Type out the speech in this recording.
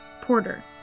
Porter